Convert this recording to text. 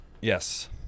Yes